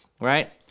right